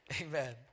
Amen